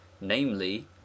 namely